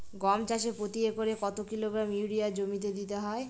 গম চাষে প্রতি একরে কত কিলোগ্রাম ইউরিয়া জমিতে দিতে হয়?